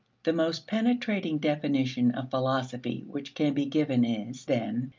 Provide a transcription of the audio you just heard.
the most penetrating definition of philosophy which can be given is, then,